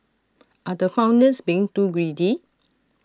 are the founders being too greedy